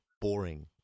boring